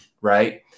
Right